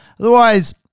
Otherwise